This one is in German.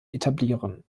etablieren